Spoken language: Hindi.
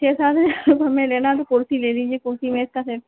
छः सात हज़ार रुपये में लेना है तो कुर्सी ले लीजिए कुर्सी मेज़ का सेट